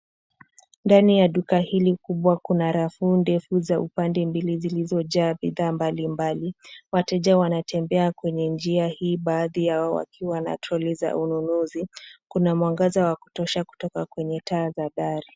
Ndani ya duka hili kubwa kuna rafu ndefu za upande mbili zilizojaa bidhaa mbalimbali. Wateja wanatembea kwenye njia hii baadhi yao wakina na troli za ununuzi. Kuna mwangaza wa kutosha kutoka kwenye taa za dari.